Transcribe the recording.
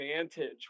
advantage